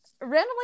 randomly